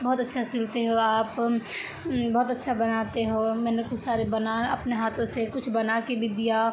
بہت اچھا سلتے ہو آپ بہت اچھا بناتے ہو میں نے کو سارے بنا اپنے ہاتھوں سے کچھ بنا کے بھی دیا